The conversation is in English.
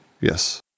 Yes